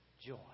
joy